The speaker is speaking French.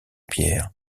pierre